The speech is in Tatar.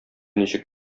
ничек